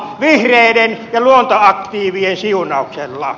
vihreiden ja luontoaktiivien siunauksella